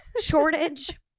shortage